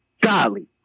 Golly